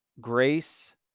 grace